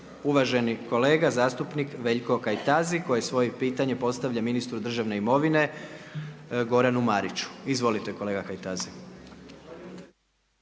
uvaženi kolega, zastupnik Veljko Kajtazi, koje svoje pitanje postavlja ministru državne imovine, Goranu Mariću. Izvolite kolega Kajtazi.